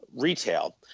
retail